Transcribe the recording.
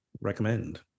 recommend